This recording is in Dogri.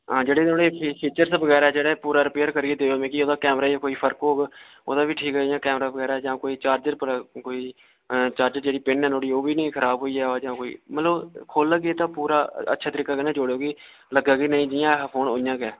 आं जेह्ड़े ओह्दे फीचर बगैरा जेह्ड़े पूरा रपेयर करियै देओ मिगी ओह्दे कैमरा च कोई फर्क होग ओह्दा बी ठीक करी जां कैमरा बगैरा जां कोई चार्जर पर कोई चार्जर जेह्डी पिन ऐ नुहाड़ी ओह् बी नेईं खराब होई जां कोई मतलब खोलन लग्गै ते पूरा अच्छे तरीके कन्नै जोड़ेओ कि लग्गै कि नेईं जियां ऐ फोन इ'यां गै